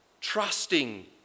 trusting